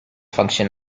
function